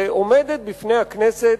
הרי עומדת בפני הכנסת